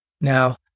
Now